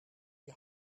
die